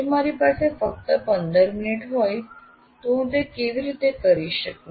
જો મારી પાસે ફક્ત 15 મિનિટ હોય તો હું તે કેવી રીતે કરી શકું